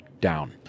down